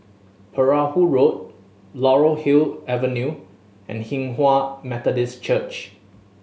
Perahu Road Laurel Wood Avenue and Hinghwa Methodist Church